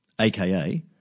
aka